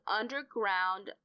underground